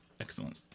Excellent